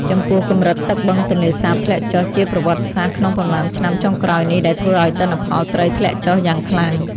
ចំពោះ កម្រិតទឹកបឹងទន្លេសាបធ្លាក់ចុះជាប្រវត្តិសាស្ត្រក្នុងប៉ុន្មានឆ្នាំចុងក្រោយនេះ ដែលធ្វើឱ្យទិន្នផលត្រីធ្លាក់ចុះយ៉ាងខ្លាំង។